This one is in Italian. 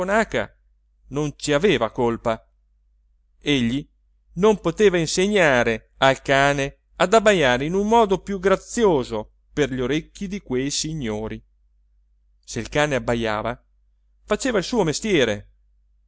non ci aveva colpa egli non poteva insegnare al cane ad abbajare in un modo più grazioso per gli orecchi di quei signori se il cane abbajava faceva il suo mestiere